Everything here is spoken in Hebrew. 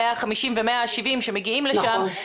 150 ו-170 שמגיעים לשם,